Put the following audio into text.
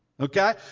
Okay